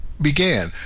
began